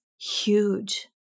huge